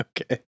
Okay